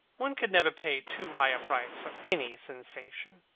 one could never pay too high a price for any sensation.